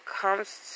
comes